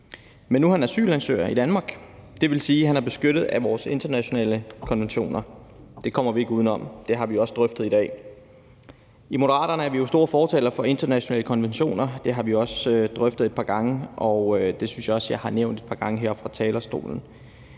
Men nu er han asylansøger i Danmark, og det vil sige, at han er beskyttet af vores internationale konventioner. Det kommer vi ikke uden om, og det har vi også drøftet i dag. I Moderaterne er vi jo store fortalere for internationale konventioner. Det har vi også drøftet et par gange, og det synes jeg også jeg har nævnt et par gange her fra talerstolen.